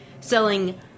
selling